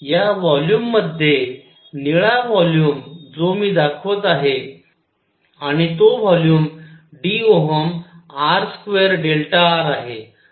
या व्हॉल्युम मध्ये निळा व्हॉल्यूम जो मी दाखवत आहे आणि तो व्हॉल्युम dr2r आहे